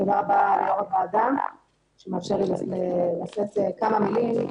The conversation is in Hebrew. תודה רבה ליושב ראש הוועדה שמרשה לי לשאת כמה מילים.